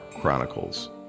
Chronicles